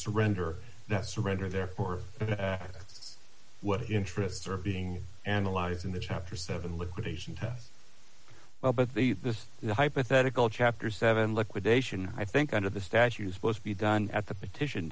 surrender that surrender therefore that's what interests are being analyzed in the chapter seven liquidation test well but the this hypothetical chapter seven liquidation i think under the statues must be done at the petition